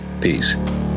Peace